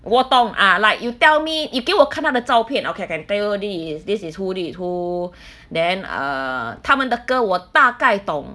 我懂 ah like you tell me you 给我看他的照片 okay I can tell you this is this is who this is who then err 他们的歌我大概懂